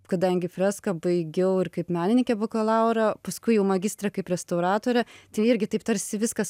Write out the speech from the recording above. kadangi freską baigiau ir kaip menininkė bakalaurą paskui jau magistre kaip restauratorė tai irgi taip tarsi viskas